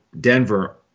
Denver